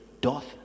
doth